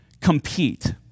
compete